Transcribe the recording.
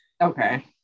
Okay